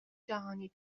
جهانی